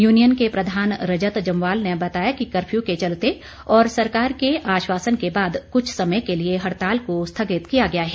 union के प्रधान रजत जम्बाल ने बताया कि कर्फ़्यू के चलते और सरकार के आश्वासन के बाद कुछ समय के लिए हड़ताल को स्थगित किया गया है